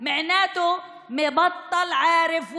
הוא מיעוט שיכול להפוך לדיקטטור.